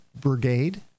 brigade